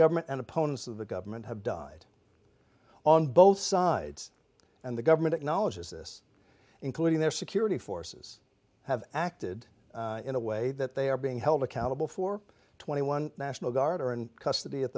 government and opponents of the government have died on both sides and the government acknowledges this including their security forces have acted in a way that they are being held accountable for twenty one national guard are in custody at